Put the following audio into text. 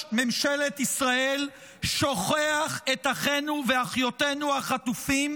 ממשלת ישראל שוכח את אחינו ואחיותינו החטופים,